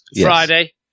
Friday